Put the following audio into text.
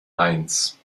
mainz